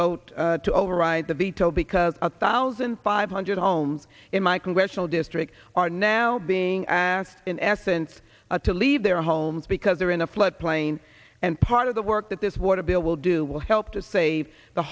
vote to override the veto because a thousand five hundred homes in my congressional district are now being asked in essence a to leave their homes because they are in a flood plain and part of the work that this water bill will do will help to save the